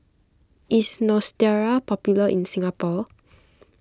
is Neostrata popular in Singapore